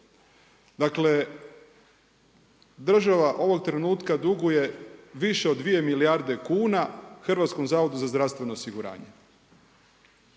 Dakle, država ovog trenutka duguje više od 2 milijarde kuna Hrvatskom zavodu za zdravstveno osiguranje.